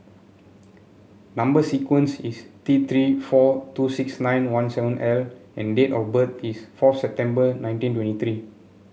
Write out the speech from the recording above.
number sequence is T Three four two six nine one seven L and date of birth is four September nineteen twenty three